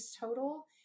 total